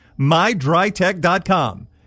MyDryTech.com